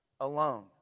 alone